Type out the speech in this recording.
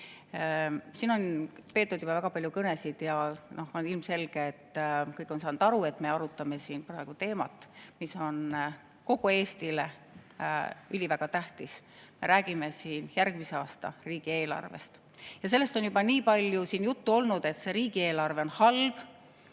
Siin on peetud juba väga palju kõnesid ja on ilmselge, kõik on saanud aru, et me arutame siin praegu teemat, mis on kogu Eestile üliväga tähtis. Me räägime siin järgmise aasta riigieelarvest. Sellest, et see riigieelarve on halb,